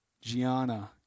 Gianna